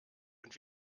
und